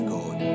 God